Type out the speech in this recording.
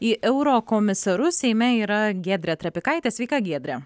į eurokomisarus seime yra giedrė trapikaitė sveika giedre